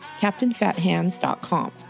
captainfathands.com